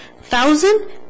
Thousand